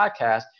podcast